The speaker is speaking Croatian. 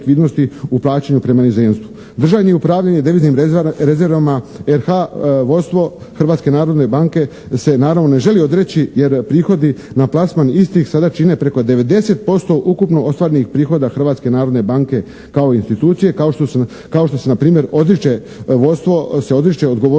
Držanje i upravljanje deviznim rezervama RH vodstvo Hrvatske narodne banke se naravno ne želi odreći jer prihodi na plasman istih sada čine preko 90% ukupno ostvarenih prihoda Hrvatske narodne banke kao institucije kao što se na primjer vodstvo odriče